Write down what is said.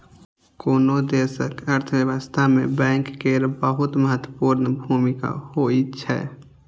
कोनो देशक अर्थव्यवस्था मे बैंक केर बहुत महत्वपूर्ण भूमिका होइ छै